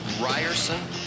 Ryerson